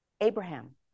Abraham